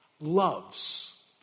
loves